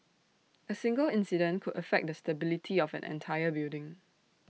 A single incident could affect the stability of an entire building